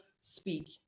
speak